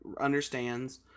understands